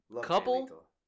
Couple